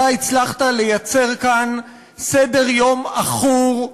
אתה הצלחת ליצור כאן סדר-יום עכור,